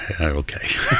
okay